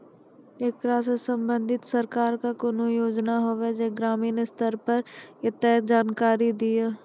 ऐकरा सऽ संबंधित सरकारक कूनू योजना होवे जे ग्रामीण स्तर पर ये तऽ जानकारी दियो?